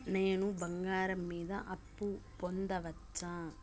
నేను బంగారం మీద అప్పు పొందొచ్చా?